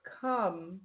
come